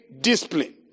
discipline